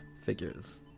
figures